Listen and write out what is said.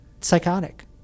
psychotic